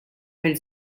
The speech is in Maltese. mill